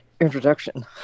introduction